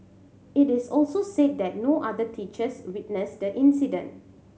it also said that no other teachers witnessed the incident